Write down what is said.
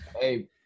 Hey